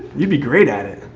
you'd be great at it.